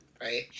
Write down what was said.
right